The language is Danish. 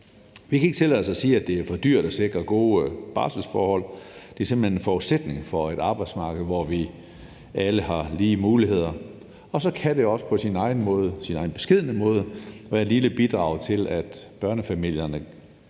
os at sige, at det er for dyrt at sikre gode barselsforhold. Det er simpelt hen en forudsætning for et arbejdsmarked, hvor vi alle har lige muligheder. Og så kan det også på sin egen beskedne måde være et lille bidrag til, at børnefamilierne